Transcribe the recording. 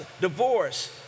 divorce